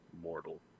mortal